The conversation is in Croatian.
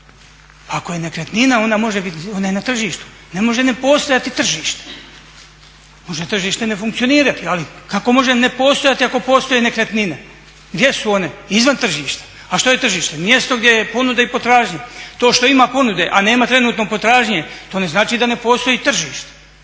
može biti, ona je na tržištu, ne može ne postojati tržište. Može tržište ne funkcionirati, ali kako može ne postojati ako postoje nekretnine. Gdje su one? Izvan tržišta. A što je tržište? Mjesto gdje je ponuda i potražnja. To što ima ponude, a nema trenutno potražnje, to ne znači da ne postoji tržište.